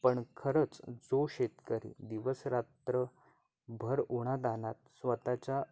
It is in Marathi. पण खरंच जो शेतकरी दिवसरात्र भर उन्हातान्हात स्वतःच्या